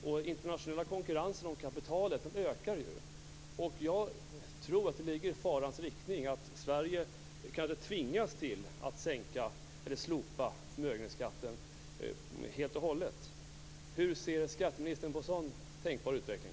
Den internationella konkurrensen om kapitalet ökar ju. Jag tror att det ligger i farans riktning att Sverige kanske tvingas sänka eller slopa förmögenhetsskatten helt och hållet. Hur ser skatteministern på en sådan tänkbar utveckling?